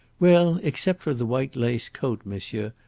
well, except for the white lace coat, monsieur,